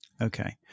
Okay